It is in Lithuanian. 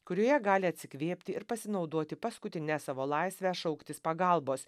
kurioje gali atsikvėpti ir pasinaudoti paskutine savo laisve šauktis pagalbos